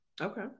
Okay